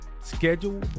schedule